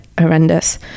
horrendous